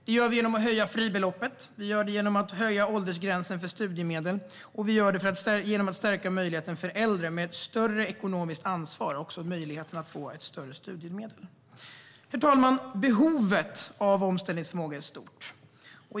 Det gör vi genom att höja fribeloppet, höja åldersgränsen för studiemedel och stärka möjligheten för äldre med större ekonomiskt ansvar att få mer i studiemedel. Herr talman! Behovet av omställningsförmåga är stort.